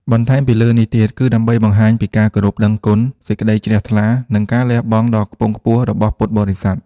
បន្ថែមពីលើនេះទៀត គឺដើម្បីបង្ហាញពី ការគោរពដឹងគុណ សេចក្តីជ្រះថ្លា និង ការលះបង់ដ៏ខ្ពង់ខ្ពស់ របស់ពុទ្ធបរិស័ទ។